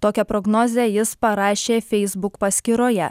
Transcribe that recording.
tokią prognozę jis parašė facebook paskyroje